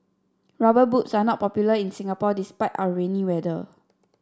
rubber boots are not popular in Singapore despite our rainy weather